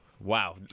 Wow